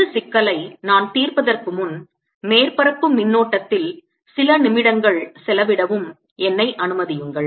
இந்த சிக்கலை நான் தீர்ப்பதற்கு முன் மேற்பரப்பு மின்னோட்டத்தில் சில நிமிடங்கள் செலவிடவும் என்னை அனுமதியுங்கள்